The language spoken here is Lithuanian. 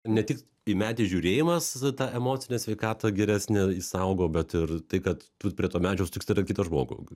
ne tik į medį žiūrėjimas tą emocinę sveikatą geresnę išsaugo bet ir tai kad tu prie to medžio sutiksi ir kitą žmogų